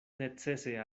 necese